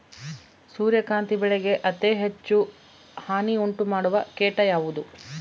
ಸೂರ್ಯಕಾಂತಿ ಬೆಳೆಗೆ ಅತೇ ಹೆಚ್ಚು ಹಾನಿ ಉಂಟು ಮಾಡುವ ಕೇಟ ಯಾವುದು?